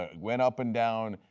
ah went up and down.